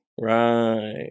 Right